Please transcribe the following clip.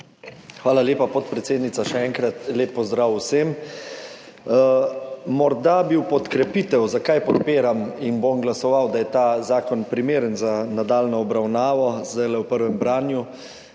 Hvala lepa, podpredsednica. Še enkrat lep pozdrav vsem! Morda bi v podkrepitev, zakaj podpiram in bom glasoval, da je ta zakon primeren za nadaljnjo obravnavo zdajle ob prvem branju,